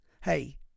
hey